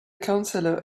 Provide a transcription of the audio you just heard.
counselor